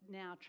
now